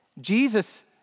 Jesus